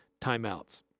timeouts